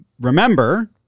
Remember